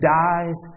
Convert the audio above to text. dies